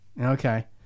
Okay